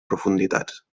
profunditats